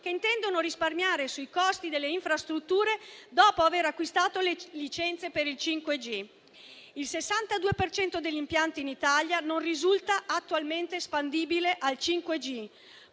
che intendono risparmiare sui costi delle infrastrutture dopo aver acquistato le licenze per il 5G. Il 62 per cento degli impianti in Italia non risulta attualmente espandibile al 5G.